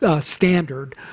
standard